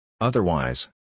Otherwise